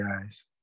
guys